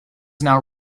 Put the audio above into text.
now